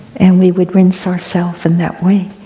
and we would rinse ourselves in that way.